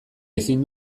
ezin